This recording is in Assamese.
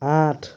আঠ